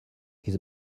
his